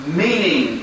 meaning